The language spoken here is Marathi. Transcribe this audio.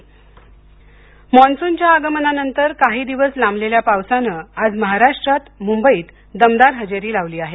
मान्सून मान्सूनच्या आगमनानंतर काही दिवस लांबलेल्या पावसाने आज महाराष्ट्रात मुंबईत दमदार हजेरी लावली आहे